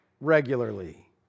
regularly